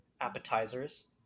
appetizers